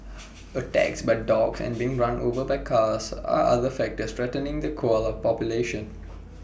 attacks by dogs and being run over by cars are other factors threatening the koala population